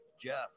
Jeff